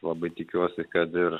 labai tikiuosi kad ir